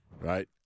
right